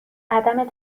عدم